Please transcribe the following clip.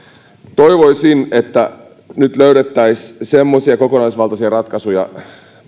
toivoisin että nyt löydettäisiin semmoisia kokonaisvaltaisia ratkaisuja